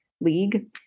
league